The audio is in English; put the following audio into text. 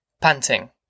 panting